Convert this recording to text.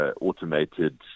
automated